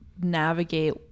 navigate